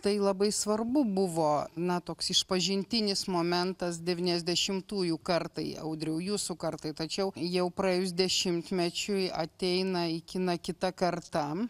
tai labai svarbu buvo na toks išpažintinis momentas devyniasdešimtųjų kartai audriau jūsų kartai tačiau jau praėjus dešimtmečiui ateina į kiną kita karta